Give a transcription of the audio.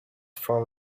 from